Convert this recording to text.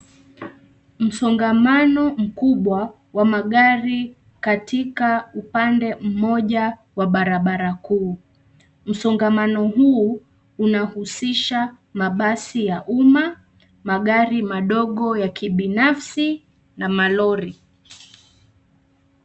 Msongamano mkubwa wa magari katika upande mmoja wa barabara kuu. Msongamano huu unahusisha mabasi ya umma, magari madogo ya kibinafsi na malori.